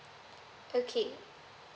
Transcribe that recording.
okay